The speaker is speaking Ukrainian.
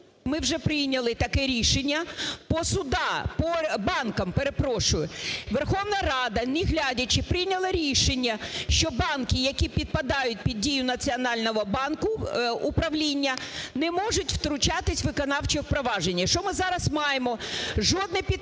Ми вже прийняли таке рішення по судах, по банках, перепрошую, Верховна Рада, не глядячи, прийняла рішення, що банки, які підпадають під дію Національного банку, управління, не можуть втручатися у виконавче провадження. Що ми зараз маємо? Жодне підприємство,